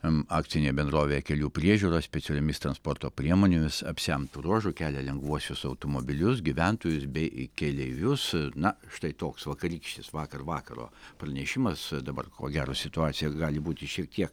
akcinė bendrovė kelių priežiūros specialiomis transporto priemonėmis apsemtu ruožu kelia lengvuosius automobilius gyventojus bei keleivius na štai toks vakarykštis vakar vakaro pranešimas dabar ko gero situacija gali būti šiek tiek